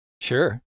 Sure